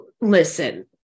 listen